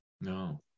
No